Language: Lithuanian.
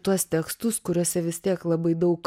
tuos tekstus kuriuose vis tiek labai daug